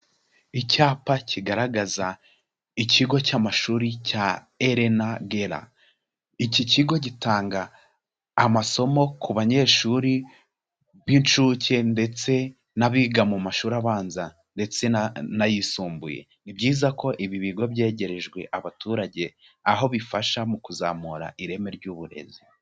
Icyapa kigaragaza ikigo cy'amashuri cya ELENA GUERRA, iki kigo gitanga amasomo ku banyeshuri b'inshuke ndetse n'abiga mu mashuri abanza ndetse n'ayisumbuye, ni byiza ko ibi bigo byegerejwe abaturage, aho bifasha mu kuzamura ireme ry'uburezi.